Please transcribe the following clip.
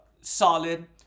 solid